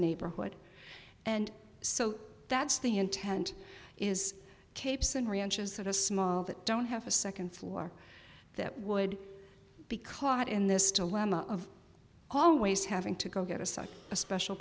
neighborhood and so that's the intent is capes and ranches that a small that don't have a second floor that would be caught in this dilemma of always having to go get a such a special